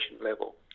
level